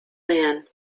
man